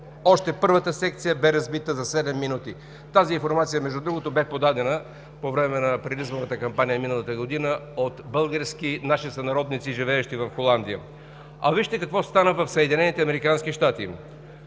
Още първата секция бе разбита за седем минути. Тази информация, между другото, бе подадена по време на предизборната кампания миналата година от наши сънародници, живеещи в Холандия. А вижте какво стана в